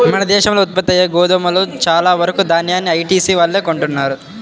మన దేశంలో ఉత్పత్తయ్యే గోధుమలో చాలా వరకు దాన్యాన్ని ఐటీసీ వాళ్ళే కొంటన్నారు